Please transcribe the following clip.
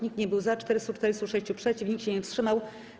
Nikt nie był za, 446 - przeciw, nikt się nie wstrzymał.